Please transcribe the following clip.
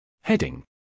Heading